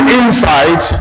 insight